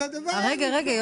רגע.